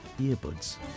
earbuds